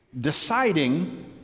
deciding